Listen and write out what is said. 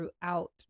throughout